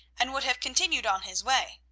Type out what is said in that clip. and would have continued on his way.